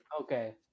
Okay